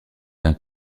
d’un